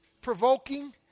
provoking